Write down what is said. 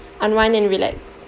unwind and relax